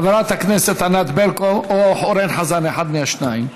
חברת הכנסת ענת ברקו, או אורן חזן, אחד מהשניים.